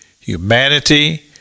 humanity